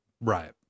Right